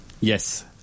Yes